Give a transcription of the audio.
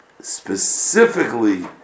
specifically